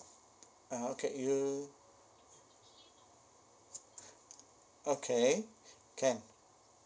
(uh huh) get you okay can